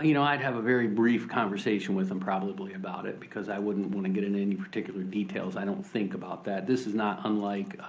you know i'd have a very brief conversation with them probably about it. because i wouldn't wanna get into any particular details, i don't think, about that. this is not unlike,